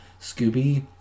Scooby